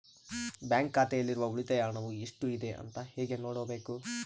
Bank ಖಾತೆಯಲ್ಲಿರುವ ಉಳಿತಾಯ ಹಣವು ಎಷ್ಟುಇದೆ ಅಂತ ಹೇಗೆ ನೋಡಬೇಕು?